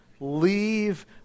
leave